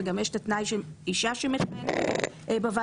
וגם יש התנאי של אישה שמכהנת בוועדה,